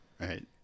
Right